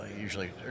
usually